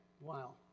wow